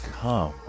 come